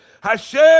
Hashem